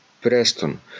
Preston